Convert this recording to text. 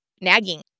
nagging